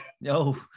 No